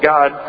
God